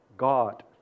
God